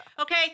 Okay